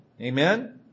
Amen